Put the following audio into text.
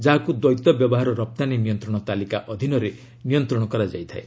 ଯାହାକ୍ ଦ୍ୱୈତ ବ୍ୟବହାର ରପ୍ତାନୀ ନିୟନ୍ତ୍ରଣ ତାଲିକା ଅଧୀନରେ ନିୟନ୍ତ୍ରଣ କରାଯାଇଥାଏ